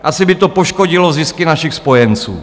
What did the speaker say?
Asi by to poškodilo zisky našich spojenců.